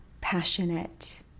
passionate